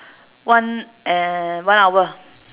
one eh one hour